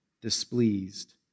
displeased